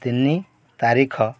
ତିନି ତାରିଖ